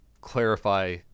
clarify